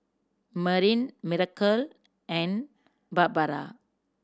Marin Miracle and Barbara